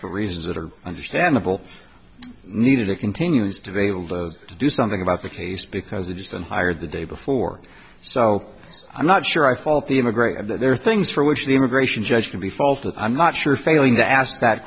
for reasons that are understandable needed it continues to be able to do something about the case because it is then hired the day before so i'm not sure i fault the immigrate there are things for which the immigration judge can be faulted i'm not sure failing to ask that